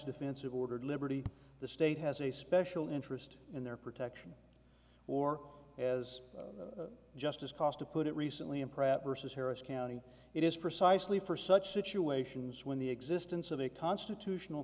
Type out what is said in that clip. defensive ordered liberty the state has a special interest in their protection or as justice cost to put it recently in pratt versus harris county it is precisely for such situations when the existence of a constitutional